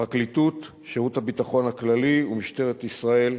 הפרקליטות, שירות הביטחון הכללי ומשטרת ישראל,